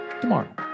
tomorrow